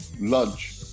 lunch